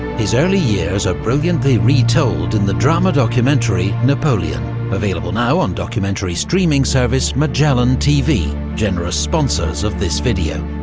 his early years are brilliantly retold in the drama-documentary napoleon available now on documentary streaming service magellan tv, generous sponsors of this video.